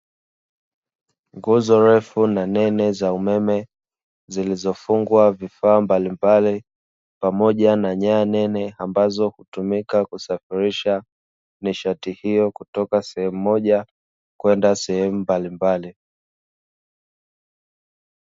Nguzo refu na nene za umeme zilizofungwa vifaa mbalimbali, pamoja na nyaya nene ambazo hutumika kusafirisha nishati hiyo kutoka sehemu moja kwenda sehemu mbalimbali.